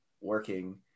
working